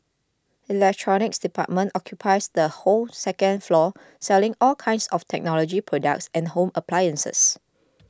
electronics department occupies the whole second floor selling all kinds of technology products and home appliances